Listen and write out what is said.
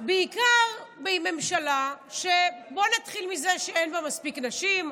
בעיקר בממשלה, בואו נתחיל מזה שאין בה מספיק נשים,